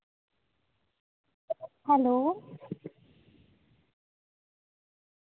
hello